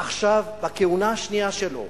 עכשיו, בכהונה השנייה שלו,